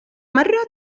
مرة